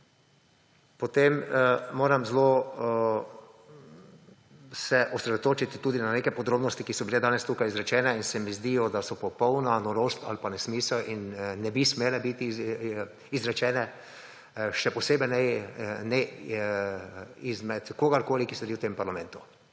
Potem moram zelo se osredotočiti tudi na neke podrobnosti, ki so bile danes tukaj izrečene in se mi zdijo, da so popolna norost ali pa nesmisel, in nebi smele biti izrečene, še posebej ne izmed kogarkoli, ki sedi v tem parlamentu.